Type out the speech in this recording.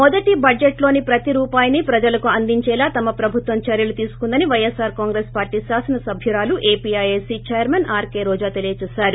మొదటి బడ్లెట్లోని ప్రతి రూపాయిని ప్రజలకు అందించేలా తమ ప్రబుత్వం చర్యలు తీసుకుందని వైఎస్పార్ కాంగ్రెస్ పార్టీ కాసన సభ్యురాలు ఏపీఐఐసీ చైర్మన్ ఆర్కే రోజా తెలియజేశారు